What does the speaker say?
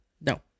No